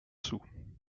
sous